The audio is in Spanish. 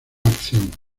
acción